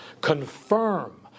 confirm